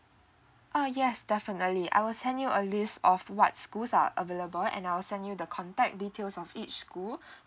uh yes definitely I will send you a list of what schools are available and I'll send you the contact details of each school